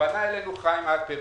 (היו"ר אופיר כץ) פנה אלינו חיים הלפרין,